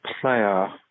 player